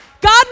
God